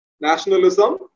nationalism